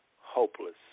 hopeless